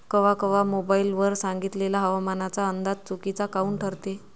कवा कवा मोबाईल वर सांगितलेला हवामानाचा अंदाज चुकीचा काऊन ठरते?